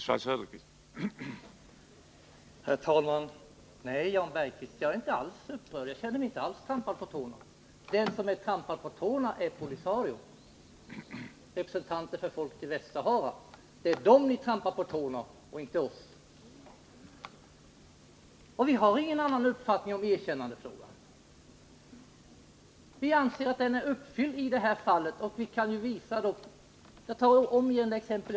Herr talman! Nej, Jan Bergqvist, jag är inte alls upprörd eller känner mig trampad på tårna. Den som är trampad på tårna är POLISARIO, representanten för folket i Västra Sahara. Det är POLISARIO ni trampar på tårna, inte OSS. Vi har ingen annan uppfattning än ni i erkännandefrågor. Vi anser att kriterierna är uppfyllda i det här fallet. Jag nämner återigen det exempel som jag anförde tidigare.